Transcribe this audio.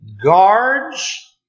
guards